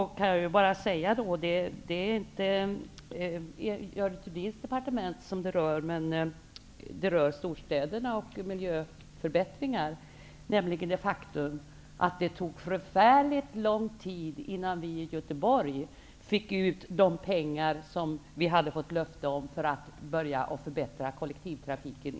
Men det är inte Görel Thurdins departement som berörs när det gäller storstäder och miljöförbättringar. Men det är ett faktum att det tog förfärligt lång tid innan vi i Göteborg fick ut de pengar som vi hade fått löfte om för att förbättra kollektivtrafiken.